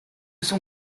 son